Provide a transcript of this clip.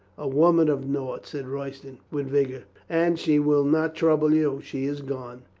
a woman of naught, said royston with vigor. and she will not trouble you. she is gone.